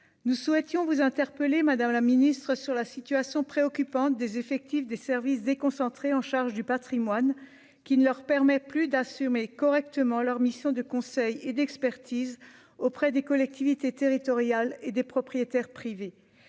Nous souhaitons vous interpeller madame la Ministre, sur la situation préoccupante des effectifs des services déconcentrés en charge du Patrimoine qui ne leur permet plus d'assumer correctement leurs missions de conseil et d'expertise auprès des collectivités territoriales et des propriétaires privés,